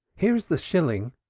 here is the shilling,